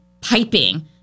piping